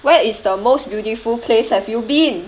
where is the most beautiful place have you been